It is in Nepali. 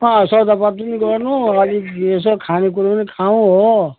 सौदापात पनि गर्नु अलिक यसो खाने कुरा पनि खाउँ हो